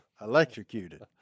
Electrocuted